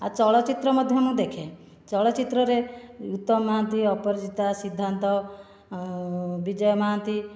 ଚଳଚ୍ଚିତ୍ର ମଧ୍ୟ ମୁଁ ଦେଖେ ଚଳଚ୍ଚିତ୍ରରେ ଉତ୍ତମ ମହାନ୍ତି ଅପରାଜିତା ସିଦ୍ଧାନ୍ତ ବିଜୟ ମହାନ୍ତି